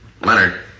Leonard